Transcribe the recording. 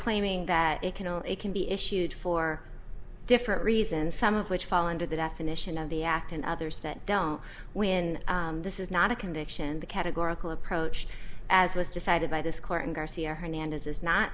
claiming that it can all it can be issued for different reasons some of which fall under the definition of the act and others that don't when this is not a condition the categorical approach as was decided by this court and garcia hernandez is not